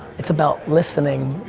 it's about listening.